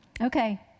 Okay